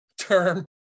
term